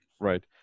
Right